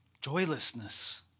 joylessness